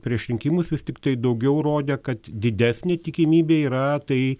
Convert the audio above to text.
prieš rinkimus vis tiktai daugiau rodė kad didesnė tikimybė yra tai